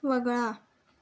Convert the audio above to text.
वगळा